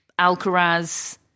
Alcaraz